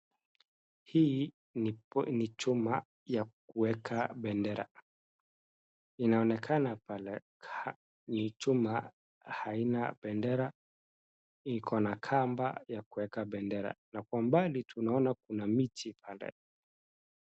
Hii ni chuma ya kuweka bendera , inaonekana kwamba hii chuma haina bendera ikona kamba ya kuweka bendera na kwa mbali tunaona kwamba kuna miti pale.